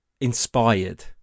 inspired